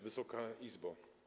Wysoka Izbo!